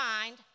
mind